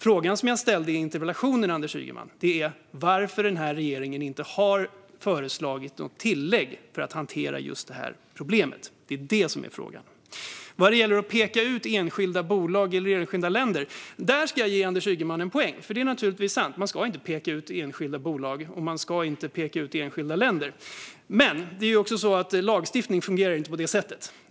Frågan jag ställde i interpellationen är varför regeringen inte har föreslagit något tillägg för att hantera det här problemet. Det är detta som är min fråga. När det gäller detta med att peka ut enskilda bolag eller enskilda länder ska jag medge att Anders Ygeman har en poäng. Det är naturligtvis sant att man inte ska peka ut enskilda bolag och enskilda länder. Men lagstiftning fungerar ju inte på det sättet.